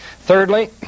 thirdly